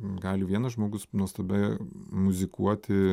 gali vienas žmogus nuostabiai muzikuoti